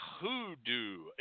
hoodoo